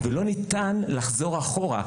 ולא ניתן לחזור אחורה.